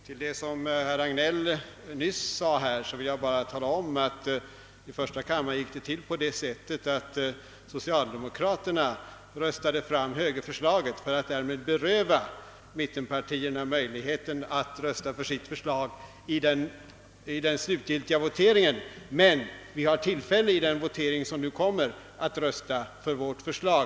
Herr talman! Till det som herr Hagnell nyss sade vill jag lägga att omröstningen i första kammaren gick till på det sättet, att socialdemokraterna rösta de fram högerförslaget för att därmed beröva mittenpartierna möjligheten att i den slutliga voteringen rösta för sitt förslag. Men i denna kammare har vi tillfälle att i den förberedande votering som nu stundar rösta för vårt förslag.